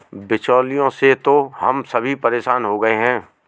बिचौलियों से तो हम सभी परेशान हो गए हैं